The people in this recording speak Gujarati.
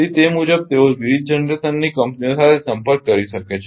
તેથી તે મુજબ તેઓ વિવિધ જનરેશનની કંપનીઓ સાથે સંપર્ક કરી શકે છે